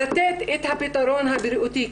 לתת את הפתרון הבריאותי,